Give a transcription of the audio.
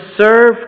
serve